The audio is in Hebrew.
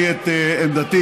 ועדת